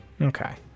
Okay